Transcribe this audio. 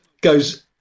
goes